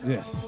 Yes